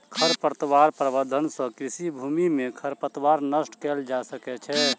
खरपतवार प्रबंधन सँ कृषि भूमि में खरपतवार नष्ट कएल जा सकै छै